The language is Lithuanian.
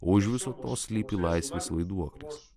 o už viso to slypi laisvės vaiduoklis